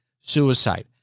suicide